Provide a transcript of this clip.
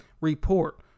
report